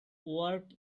work